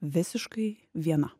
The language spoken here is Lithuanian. visiškai viena